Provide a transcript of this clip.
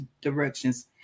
directions